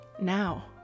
now